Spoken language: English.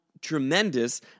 tremendous